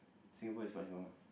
Singapore is much more